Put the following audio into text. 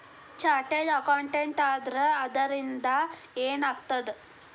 Chartered accountant ಆದ್ರ ಅದರಿಂದಾ ಏನ್ ಆಗ್ತದ?